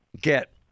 get